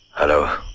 hello!